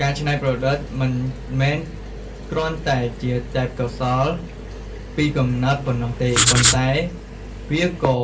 ការច្នៃប្រឌិតមិនមែនគ្រាន់តែជាទេពកោសល្យពីកំណើតប៉ុណ្ណោះទេ ប៉ុន្តែវាក៏